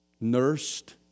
nursed